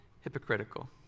hypocritical